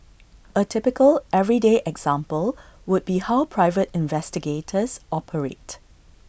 A typical everyday example would be how private investigators operate